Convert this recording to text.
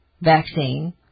vaccine